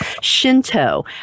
Shinto